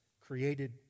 created